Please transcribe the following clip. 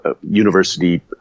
university